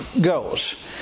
goes